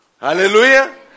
hallelujah